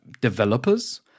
developers